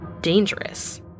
Dangerous